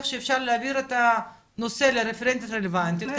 שאפשר להעביר את הנושא לרפרנטית רלוונטית,